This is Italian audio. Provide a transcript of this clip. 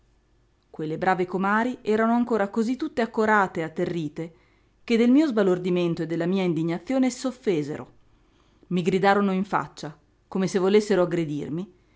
quelle brave comari erano ancora cosí tutte accorate e atterrite che del mio sbalordimento e della mia indignazione s offesero i gridarono in faccia come se volessero aggredirmi